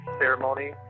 ceremony